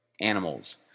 animals